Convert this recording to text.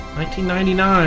1999